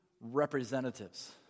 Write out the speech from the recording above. representatives